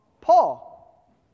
Paul